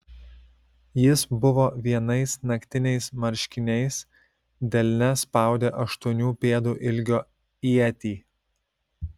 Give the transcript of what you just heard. jis buvo vienais naktiniais marškiniais delne spaudė aštuonių pėdų ilgio ietį